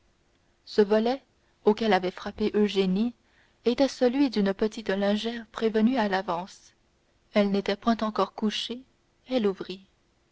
ce volet auquel avait frappé eugénie était celui d'une petite lingère prévenue à l'avance elle n'était point encore couchée elle ouvrit